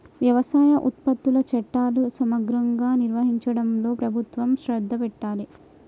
వ్యవసాయ ఉత్పత్తుల చట్టాలు సమగ్రంగా నిర్వహించడంలో ప్రభుత్వం శ్రద్ధ పెట్టాలె